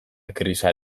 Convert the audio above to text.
grisa